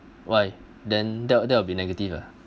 why then that will that will be negative ah